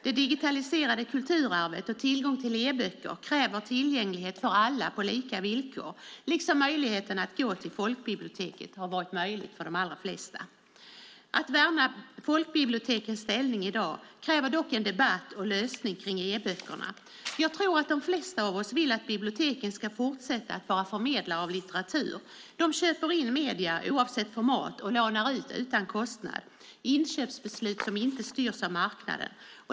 Det digitaliserade kulturarvet och tillgången till e-böcker kräver tillgänglighet för alla på lika villkor, liksom möjligheten att gå till folkbiblioteket har funnits för de allra flesta. Att värna folkbibliotekens ställning i dag kräver dock en debatt och en lösning när det gäller e-böckerna. Jag tror att de flesta av oss vill att biblioteken ska fortsätta att vara förmedlare av litteratur. De köper in medier oavsett format och lånar ut utan kostnad. Det är inköpsbeslut som inte styrs av marknaden.